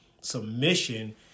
submission